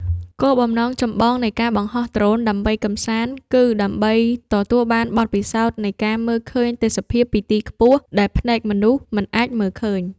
គោលបំណងចម្បងនៃការបង្ហោះដ្រូនដើម្បីកម្សាន្ត គឺដើម្បីទទួលបានបទពិសោធន៍នៃការមើលឃើញទេសភាពពីទីខ្ពស់ដែលភ្នែកមនុស្សមិនអាចមើលឃើញ។